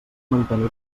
mantenir